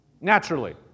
Naturally